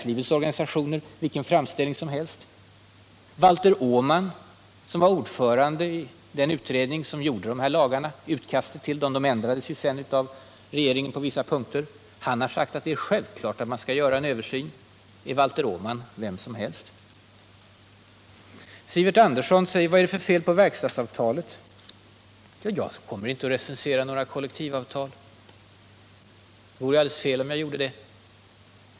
Är det att betrakta som ”vilken framställning som helst”? Valter Åman, som var ordförande i den utredning som gjorde utkastet till dessa lagar — de ändrades sedan av regeringen på vissa punkter — har sagt att det är självklart att man skall göra en översyn. Är Valter Åman vem som helst? Sivert Andersson frågar: Vad är det för fel på verkstadsavtalet? Jag vill inte recensera några kollektivavtal. Det vore alldeles fel av mig att göra det.